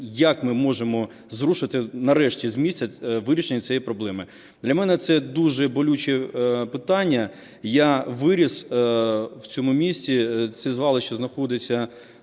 як ми можемо зрушити нарешті з місця вирішення цієї проблеми. Для мене це дуже болюче питання, я виріс в цьому місті. Це звалище знаходиться